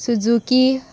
Suzuki